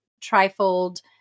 trifold